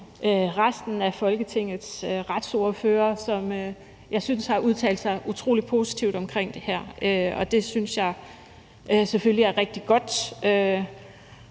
resten af Folketingets retsordførere, som jeg synes har udtalt sig utrolig positivt omkring det her, og det synes jeg selvfølgelig er rigtig godt,